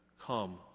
come